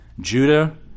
Judah